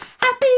Happy